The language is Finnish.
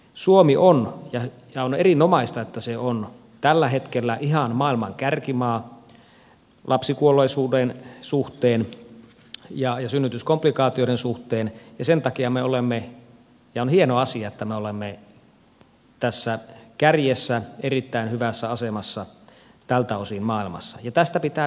suomi on ja on erinomaista että se on tällä hetkellä ihan maailman kärkimaa lapsikuolleisuuden suhteen ja synnytyskomplikaatioiden suhteen ja sen takia me olemme ja on hieno asia että me olemme tässä kärjessä erittäin hyvässä asemassa tältä osin maailmassa ja tästä pitää pitää kiinni